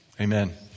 Amen